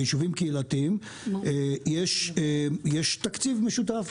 ביישובים קהילתיים יש תקציב משותף.